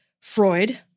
Freud